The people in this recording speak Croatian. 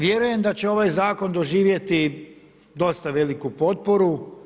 Vjerujem da će ovaj Zakon doživjeti dosta veliku potporu.